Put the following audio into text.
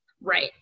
Right